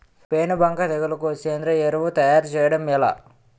పేను బంక తెగులుకు సేంద్రీయ ఎరువు తయారు చేయడం ఎలా?